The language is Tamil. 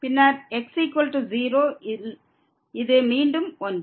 பின்னர் x0 இல் இது மீண்டும் 1